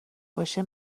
باشه